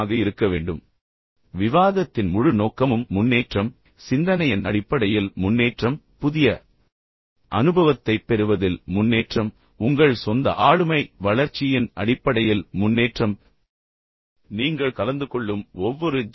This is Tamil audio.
எனவே நான் தோற்றேன் யாரோ ஒருவர் வென்றார் என்று நினைக்கக் கூடாது விவாதத்தின் முழு நோக்கமும் முன்னேற்றம் சிந்தனையின் அடிப்படையில் முன்னேற்றம் புதிய அனுபவத்தைப் பெறுவதில் முன்னேற்றம் உங்கள் சொந்த ஆளுமை வளர்ச்சியின் அடிப்படையில் முன்னேற்றம் நீங்கள் கலந்து கொள்ளும் ஒவ்வொரு ஜி